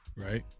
Right